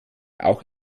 auch